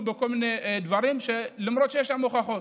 שהואשמו בכל מיני דברים למרות שיש לנו הוכחות.